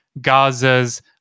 Gaza's